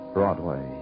Broadway